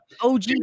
OG